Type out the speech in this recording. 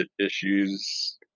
issues